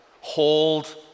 Hold